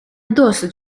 досить